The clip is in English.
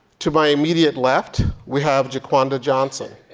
to my immediate left, we have jaquanda johnson.